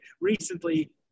recently